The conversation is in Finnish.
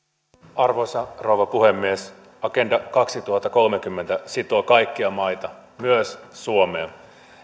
arvoisa rouva puhemies agenda kaksituhattakolmekymmentä sitoo kaikkia maita myös suomea